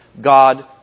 God